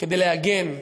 כדי להגן,